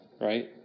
right